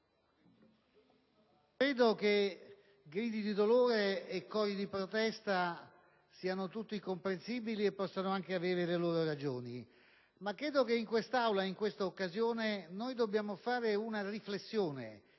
credo che grida di dolore e cori di protesta siano tutti comprensibili e possono anche avere le loro ragioni, ma penso che in quest'Aula in tale occasione dobbiamo fare una riflessione,